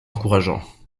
encourageants